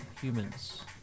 humans